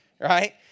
right